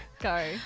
Go